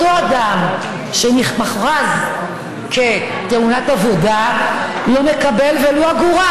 ואותו אדם שמוכרז כנפגע תאונת עבודה לא מקבל ולו אגורה,